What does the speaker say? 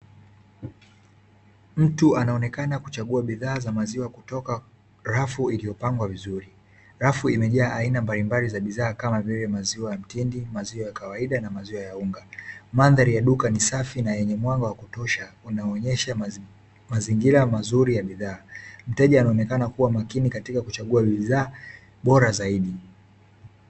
Mtu anaonekana kuchagua bidhaa za maziwa kutoka rafu iliyopangwa vizuri. Rafu imejaa aina mbalimbali za bidhaa kama vile maziwa ya mtindi, maziwa ya kawaida na maziwa ya unga. Mandhari ya duka ni safi na yenye mwanga wa kutosha unaoonyesha mazingira mazuri ya bidhaa, mteja anaonekana kuwa makini katika kuchagua bidhaa bora zaidi.